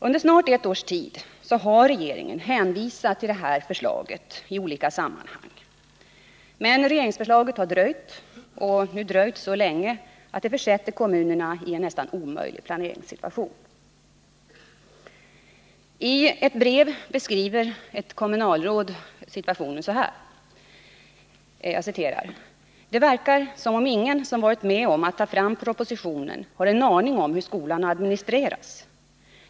Under snart ett års tid har regeringen i olika sammanhang hänvisat till detta förslag. Men regeringsförslaget har dröjt, och nu har det dröjt så länge att det försätter kommunerna i en omöjlig planeringssituation. I ett brev beskriver ett kommunalråd situationen så här: ”Det verkar som om ingen som varit med om att ta fram propositionen har en aning om hur skolan administreras.